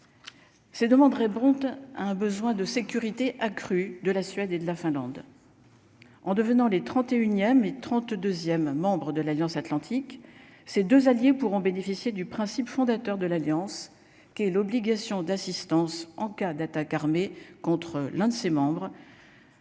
c'est demanderai un besoin de sécurité accrue de la Suède et de la Finlande en devenant les 31ème et 32ème Membre de l'Alliance Atlantique, ces 2 alliés pourront bénéficier du principe fondateur de l'Alliance, qui est l'obligation d'assistance en cas d'attaque armée contre l'un de ses membres.